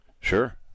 sure